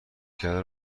کردن